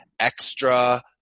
extra